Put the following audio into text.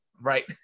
Right